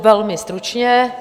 Velmi stručně.